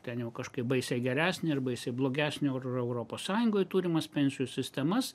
ten jau kažkaip baisiai geresnė ar baisiai blogesnė už europos sąjungoj turimas pensijų sistemas